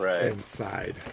inside